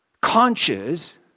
conscious